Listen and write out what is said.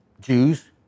Jews